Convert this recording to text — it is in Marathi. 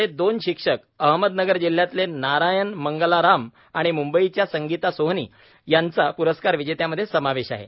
राज्यातले दोन शिक्षक अहमदनगर जिल्ह्यातले नारायण मंगलाराम आणि मुंबईच्यासंगीता सोहोनी यांचा पुरस्कार विजेत्यांमधे समावेश आहे